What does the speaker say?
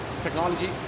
technology